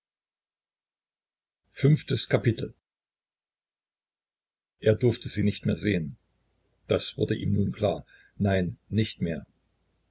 v er durfte sie nicht mehr sehen das wurde ihm nun klar nein nicht mehr